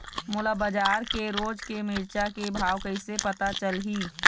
मोला बजार के रोज के मिरचा के भाव कइसे पता चलही?